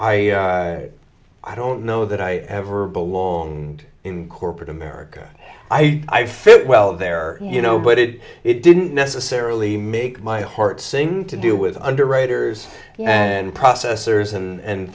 i i don't know that i ever belonged in corporate america i fit well there you know but it it didn't necessarily make my heart sing to do with underwriters and processors and